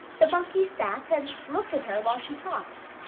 the monkey sat and looked at her while she talked,